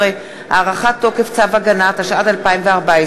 15) (הארכת תוקף צו הגנה), התשע"ד 2014,